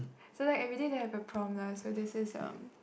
so like everyday they have a prompt lah so this is um